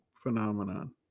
Phenomenon